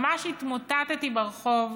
ממש התמוטטתי ברחוב.